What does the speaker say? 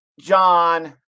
John